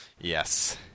Yes